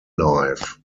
life